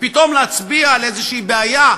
ופתאום להצביע על איזו בעיה,